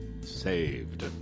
Saved